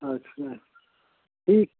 अच्छा ठीक